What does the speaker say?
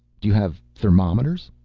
do you have thermometers?